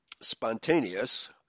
spontaneous